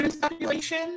population